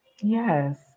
Yes